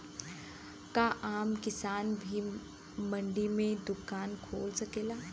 का आम किसान भी मंडी में दुकान खोल सकेला?